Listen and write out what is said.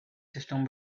system